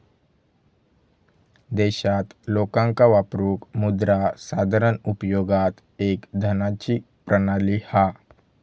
देशात लोकांका वापरूक मुद्रा साधारण उपयोगात एक धनाची प्रणाली हा